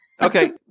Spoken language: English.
okay